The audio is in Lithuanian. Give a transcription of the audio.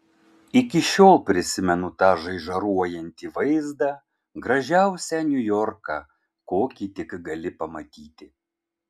iki šiol prisimenu tą žaižaruojantį vaizdą gražiausią niujorką kokį tik gali pamatyti